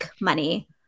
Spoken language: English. money